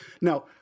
Now